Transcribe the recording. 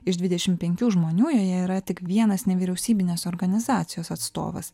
iš dvidešim penkių žmonių joje yra tik vienas nevyriausybinės organizacijos atstovas